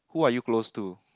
who are you close to